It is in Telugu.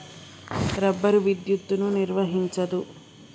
రబ్బరు విద్యుత్తును నిర్వహించదు